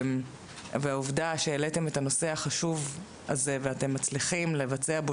העובדה שהעליתם את הנושא החשוב הזה ואתם מצליחים לבצע בו